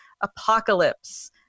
apocalypse